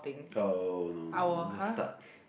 oh no no no the start